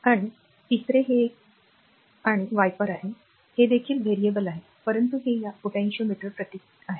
आणि तिसरे हे एक आणि वाइपर आहे हे देखील variable आहे परंतु हे या potentiometer प्रतीक आहे